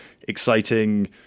exciting